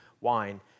wine